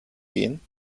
gehen